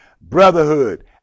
Brotherhood